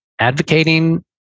advocating